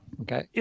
Okay